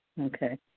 Okay